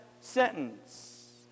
sentence